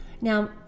Now